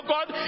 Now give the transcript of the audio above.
God